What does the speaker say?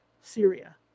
Syria